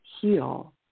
heal